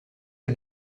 lui